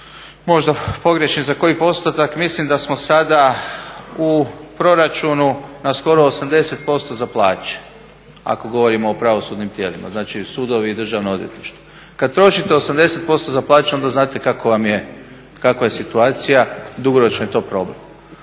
možda pogriješim za koji postotak mislim da smo sada u proračunu na skoro na 80% za plaće ako govorimo o pravosudnim tijelima, znači sudovi i državna odvjetništva. Kada trošite 80% za plaću onda znate kakva je situacija, dugoročni je to problem.